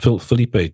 Felipe